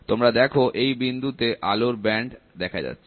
তোমরা দেখো এই বিন্দুতে আলোর ব্যান্ড দেখা যাচ্ছে